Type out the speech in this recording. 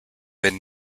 been